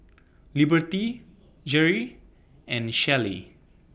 Liberty Jere and Shellie